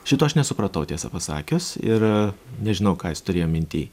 šito aš nesupratau tiesą pasakius ir nežinau ką jis turėjo minty